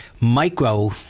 micro